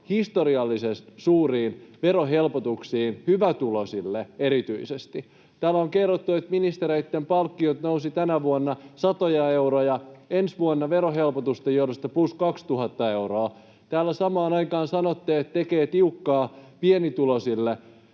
historiallisen suuriin verohelpotuksiin erityisesti hyvätuloisille. Täällä on kerrottu, että ministereitten palkkiot nousivat tänä vuonna satoja euroja, ensi vuonna verohelpotusten johdosta plus 2 000 euroa. Täällä samaan aikaan sanotte, että tekee tiukkaa pienituloisille,